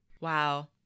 Wow